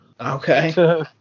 Okay